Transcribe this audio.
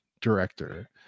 director